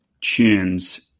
tunes